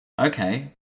okay